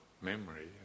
memory